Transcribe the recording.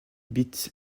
bits